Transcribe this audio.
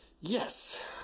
Yes